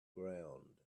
ground